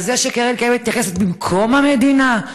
על זה שקרן קיימת נכנסת במקום המדינה?